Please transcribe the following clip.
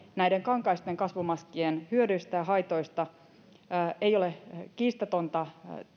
näiden kankaisten kasvomaskien hyödyistä ja haitoista ei ole kiistatonta